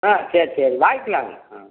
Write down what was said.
ஆ சரி சரி வாங்கிக்கலாங்க ஆ